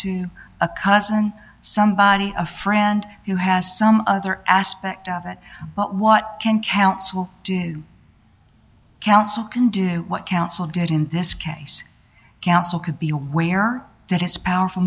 to a cousin somebody a friend who has some other aspect of it but what can counsel do counsel can do what counsel did in this case counsel could be aware that his powerful